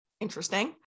Interesting